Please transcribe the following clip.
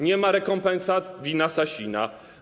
Nie ma rekompensat - wina Sasina.